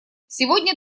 сегодня